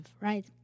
right